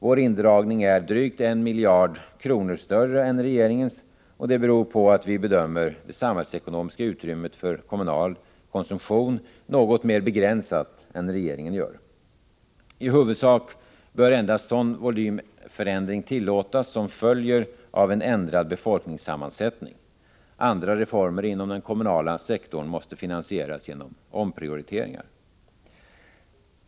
Vår indragning är drygt 1 miljard kronor större än regeringens, och det beror på att vi bedömer det samhällsekonomiska utrymmet för kommunal konsumtion som något mer begränsat än regeringen gör. I huvudsak bör endast sådan volymförändring tillåtas som följer av en ändrad befolkningssammansättning. Andra reformer inom den kommunala sektorn måste finansieras genom omprioriteringar.